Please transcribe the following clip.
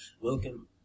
Welcome